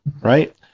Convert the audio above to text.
right